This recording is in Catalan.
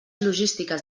logístiques